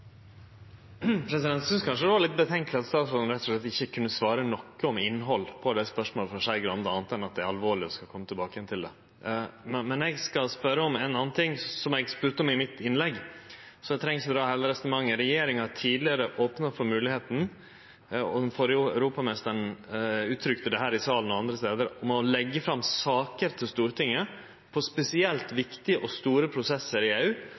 Eg synest kanskje det var litt tvilsamt at statsråden rett og slett ikkje kunne svare noko om innhald på spørsmåla frå Skei Grande, anna enn at det er alvorleg, og at ein skal kome tilbake til det. Men eg skal spørje om ein annan ting som eg nemnde i mitt innlegg, så eg treng ikkje dra heile resonnementet. Regjeringa har tidlegare opna for at det kunne vere mogleg – den førre europaministeren uttrykte det her i salen og andre stader – å leggje fram saker for Stortinget når det gjeld spesielt viktige og store prosessar i EU,